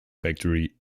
factory